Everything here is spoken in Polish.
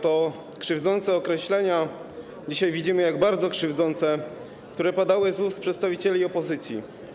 Te krzywdzące określenia - dzisiaj widzimy, jak bardzo krzywdzące -padały z ust przedstawicieli opozycji.